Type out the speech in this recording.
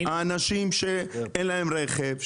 האנשים שאין להם רכב,